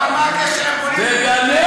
אבל מה הקשר, תגנה